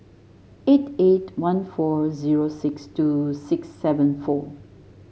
eight eight one four zero six two six seven four